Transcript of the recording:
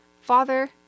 father